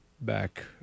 back